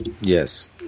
Yes